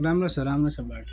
राम्रो छ राम्रो छ बाटो